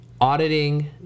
auditing